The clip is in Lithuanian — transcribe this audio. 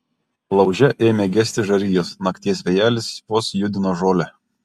lauže ėmė gesti žarijos nakties vėjelis vos judino žolę